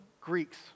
Greeks